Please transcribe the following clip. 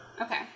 Okay